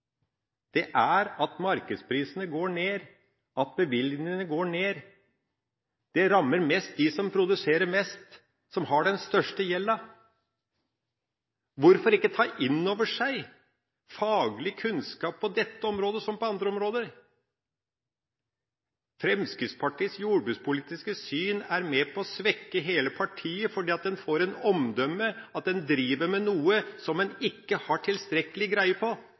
at markedsprisene går ned, at bevilgningene går ned. Det rammer mest de som produserer mest, og som har den største gjelda. Hvorfor ikke ta inn over seg faglig kunnskap på dette området som på andre områder? Fremskrittspartiets jordbrukspolitiske syn er med på å svekke hele partiet, fordi en får det omdømmet at en driver med noe som en ikke har tilstrekkelig greie på